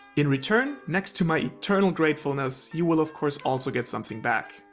in return, next to my eternal gratefulness, you will of course also get something back.